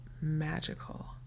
magical